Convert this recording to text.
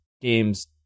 games